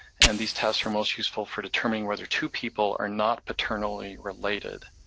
and these tests are most useful for determining whether two people are not paternally related.